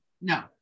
No